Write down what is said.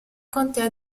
contea